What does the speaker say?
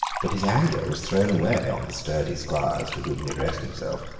but his anger was thrown away on the sturdy squires to whom he addressed himself.